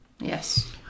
Yes